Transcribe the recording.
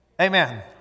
Amen